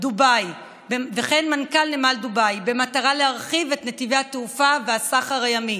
דובאי במטרה להרחיב את נתיבי התעופה והסחר הימי.